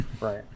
Right